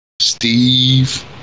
Steve